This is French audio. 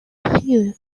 crieu